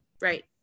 Right